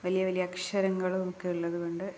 വലിയ വലിയ അക്ഷരങ്ങളുമൊക്കെയുള്ളതുകൊണ്ട്